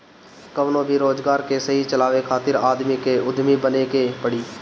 कवनो भी रोजगार के सही चलावे खातिर आदमी के उद्यमी बने के पड़ी